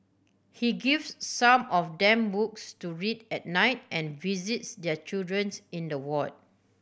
he gives some of them books to read at night and visits their children's in the ward